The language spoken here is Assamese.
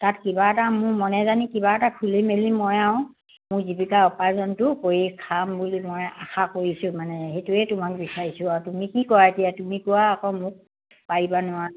তাত কিবা এটা মোৰ মনে জানি কিবা এটা খুলি মেলি মই আৰু মোৰ জীৱিকা উপাৰ্জনটো কৰি খাম বুলি মই আশা কৰিছোঁ মানে সেইটোৱে তোমাক বিচাৰিছোঁ আৰু তুমি কি কোৱা এতিয়া তুমি কোৱা আকৌ মোক পাৰিবা নোৱাৰা